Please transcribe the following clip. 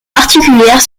particulière